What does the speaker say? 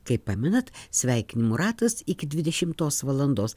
kaip pamenat sveikinimų ratas iki dvidešimtos valandos